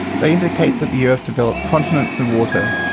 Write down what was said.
they indicate that the earth developed continents and water,